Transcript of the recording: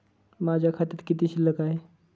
माझ्या खात्यात किती शिल्लक आहे?